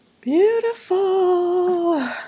Beautiful